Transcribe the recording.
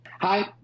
Hi